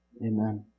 Amen